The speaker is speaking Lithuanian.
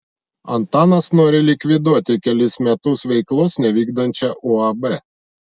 antanas nori likviduoti kelis metus veiklos nevykdančią uab